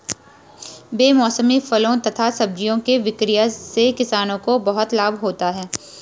बेमौसमी फलों तथा सब्जियों के विक्रय से किसानों को बहुत लाभ होता है